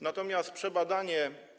Natomiast przebadanie.